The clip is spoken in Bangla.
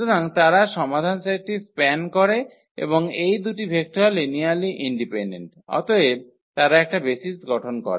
সুতরাং তারা সমাধান সেটটি স্প্যান করে এবং এই দুটি ভেক্টর লিনিয়ারলি ইন্ডিপেন্ডেন্ট অতএব তারা একটা বেসিস গঠন করে